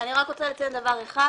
אני רק רוצה לציין דבר אחד.